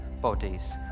bodies